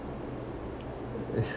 it's